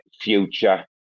future